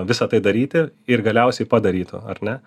visa tai daryti ir galiausiai padarytų ar ne